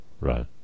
Right